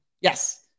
yes